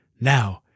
Now